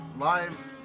Live